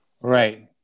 Right